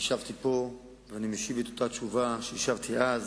השבתי פה, ואני משיב את אותה תשובה שהשבתי אז.